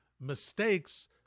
mistakes